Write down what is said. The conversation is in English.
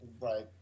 Right